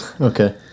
okay